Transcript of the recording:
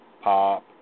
pop